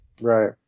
Right